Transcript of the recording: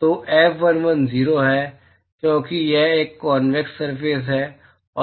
तो F11 0 है क्योंकि यह एक कॉन्वेक्स सरफेस है